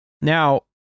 Now